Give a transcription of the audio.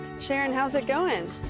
sharon, how's it going?